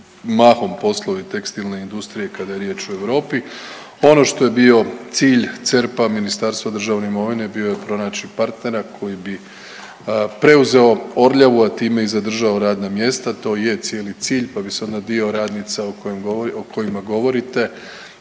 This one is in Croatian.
mahom poslovi tekstilne industrije kada je riječ o Europi. Ono što je bio cilj CERP-a, Ministarstva državne imovine bio je pronaći partnera koji bi preuzeo Orljavu a time i zadržao radna mjesta. To je cijeli cilj, pa bi se onda dio radnica o kojima govorite